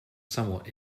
somewhat